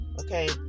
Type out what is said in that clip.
Okay